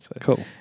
Cool